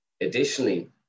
Additionally